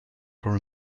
for